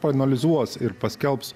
paanalizuos ir paskelbs